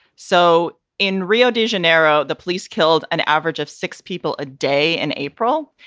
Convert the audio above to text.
so in rio de janeiro, the police killed an average of six people a day in april.